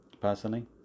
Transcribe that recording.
personally